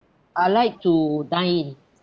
I like to dine in